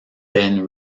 ben